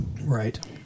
Right